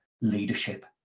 leadership